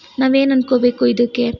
ನಾವು ಏನು ಅಂದ್ಕೋಬೇಕು ಇದಕ್ಕೆ